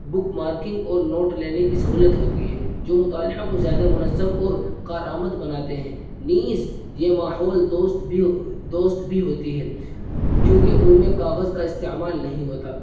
بک marking اور note لینے کی سہولت ہوتی ہے جو مطالعہ کو زیادہ منظم اور کارآمد بناتے ہیں نیز یہ ماحول دوست بھی دوست بھی ہوتی ہے کیونکہ ان میں کاغذ کا استعمال نہیں ہوتا